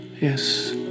Yes